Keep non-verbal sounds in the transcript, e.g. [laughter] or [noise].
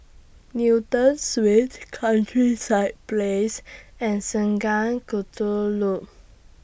Newton Suites [noise] Countryside Place and Sungei Kadut Loop